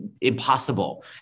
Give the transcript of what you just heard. impossible